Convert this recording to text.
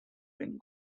wing